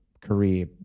career